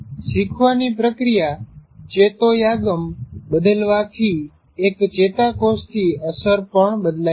શીખવાની પ્રક્રિયા ચેતોયાગમ બદલવાથી એક ચેતાકોષની અસર પણ બદલાય છે